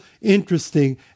interesting